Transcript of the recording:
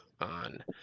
on